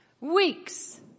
Weeks